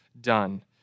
done